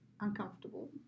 uncomfortable